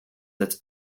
its